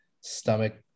stomach